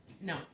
No